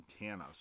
Montana